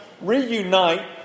reunite